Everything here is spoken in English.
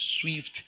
Swift